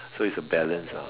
so is a balance ah